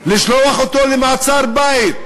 לשלוח אותו למעצר-בית.